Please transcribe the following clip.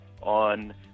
on